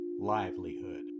livelihood